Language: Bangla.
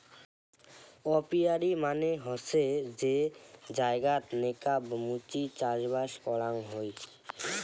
অপিয়ারী মানে হসে যে জায়গাত নেকাব মুচি চাষবাস করাং হই